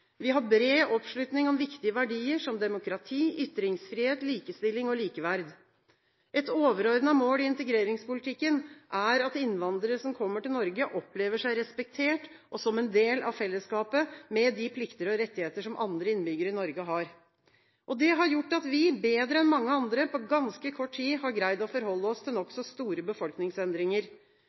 Vi har bred oppslutning om viktige verdier som demokrati, ytringsfrihet, likestilling og likeverd. Et overordnet mål i integreringspolitikken er at innvandrere som kommer til Norge, opplever seg respektert og som en del av fellesskapet med de plikter og rettigheter som andre innbyggere i Norge har. Det har gjort at vi, bedre enn mange andre, på ganske kort tid har greid å forholde oss til nokså store befolkningsendringer.